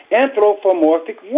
anthropomorphic